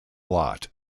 lot